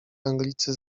anglicy